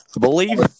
believe